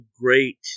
great